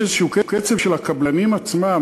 יש איזשהו קצב של הקבלנים עצמם,